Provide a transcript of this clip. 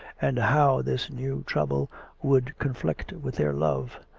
and how this new trouble would conflict with their love.